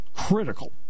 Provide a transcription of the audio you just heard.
Critical